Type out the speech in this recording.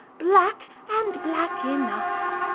black, and black enough!